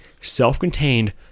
self-contained